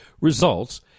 results